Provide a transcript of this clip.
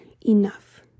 enough